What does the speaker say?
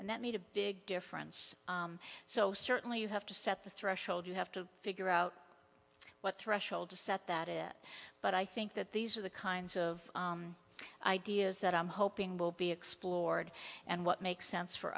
and that made a big difference so certainly you have to set the threshold you have to figure out what threshold to set that it but i think that these are the kinds of ideas that i'm hoping will be explored and what makes sense for